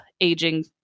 aging